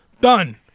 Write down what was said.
Done